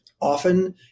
often